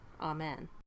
Amen